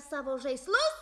savo žaislu